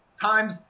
times